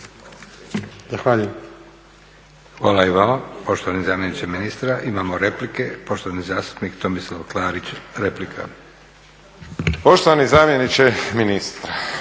Hvala i vama poštovani zamjeniče ministra. Imamo replike. Poštovani zastupnik Tomislav Klarić, replika. **Klarić, Tomislav